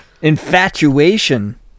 infatuation